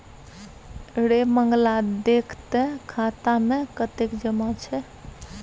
रे मंगला देख तँ खाता मे कतेक जमा छै